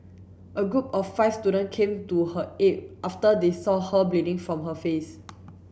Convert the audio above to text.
a group of five student came to her aid after they saw her bleeding from her face